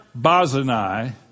Bazanai